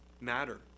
matter